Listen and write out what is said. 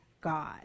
God